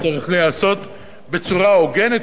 צריך להיעשות בצורה הוגנת,